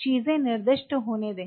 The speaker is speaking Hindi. चीजें निर्दिष्ट होने दें